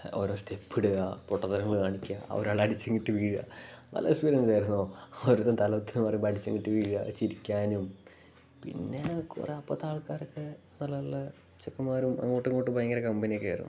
ഓരോ സ്റ്റെപ്പ് ഇടുക പൊട്ടത്തരങ്ങൾ കാണിക്കുക ഒരാൾ അടിച്ച് കിട്ട് വീഴുക നല്ല എക്സ്പീരിയൻസായിരുന്നു ഒരാൾ തലകുത്തനെ മറിയുമ്പോൾ അടിച്ച് കുത്തി വീഴുക ചിരിക്കാനും പിന്നെ കുറെ അപ്പോഴത്തെ ആൾക്കാരൊക്കെ നല്ല നല്ല ചെക്കന്മാരും അങ്ങോട്ടും ഇങ്ങോട്ടും ഭയങ്കര കമ്പനിയൊക്കെയായിരുന്നു